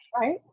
right